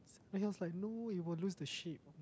and he was like no it will lose the shape